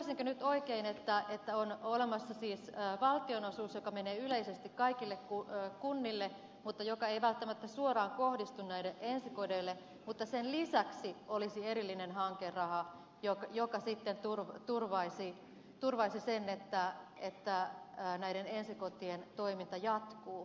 ymmärsinkö nyt oikein että on olemassa siis valtionosuus joka menee yleisesti kaikille kunnille mutta joka ei välttämättä suoraan kohdistu näille ensikodeille mutta sen lisäksi olisi erillinen hankeraha joka sitten turvaisi sen että näiden ensikotien toiminta jatkuu